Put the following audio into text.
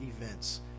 events